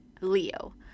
LEO